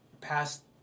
past